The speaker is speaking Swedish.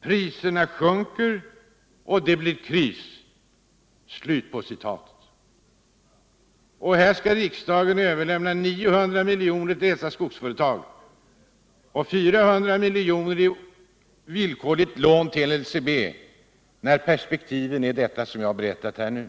priserna sjunker och det blir kris.” — Och riksdagen skall nu överlämna 900 miljoner till dessa skogsföretag och 400 miljoner i villkorligt lån till NCB när perspektivet är det som jag har redogjort för.